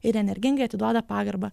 ir energingai atiduoda pagarbą